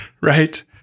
right